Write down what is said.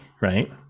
right